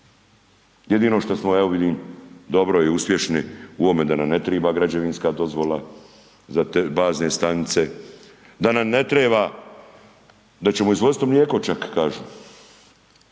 jedino što smo evo vidimo, dobri i uspješni u ovome da nam treba građevinska dozvola za te bazne stanice, da nam ne treba, da ćemo uvoziti to mlijeko čak kažu